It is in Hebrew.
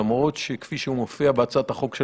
למרות שכפי שהוא מופיע בהצעת החוק של